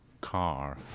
car